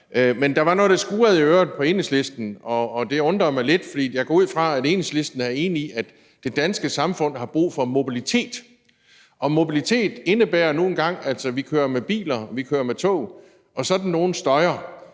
Men der var noget, der skurrede i Enhedslistens øre, og det undrer mig lidt, for jeg går ud fra, at Enhedslisten er enig i, at det danske samfund har brug for mobilitet, og mobilitet indebærer nu engang, at vi kører i bil og med tog, og sådanne nogle støjer.